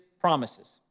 promises